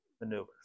maneuvers